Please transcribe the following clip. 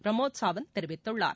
பிரமோத் சவாந்த் தெரிவித்துள்ளார்